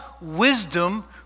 wisdom